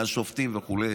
מהשופטים וכו'